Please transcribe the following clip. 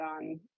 on